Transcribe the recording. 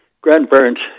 grandparents